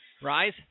Rise